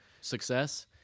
success